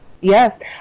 yes